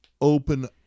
open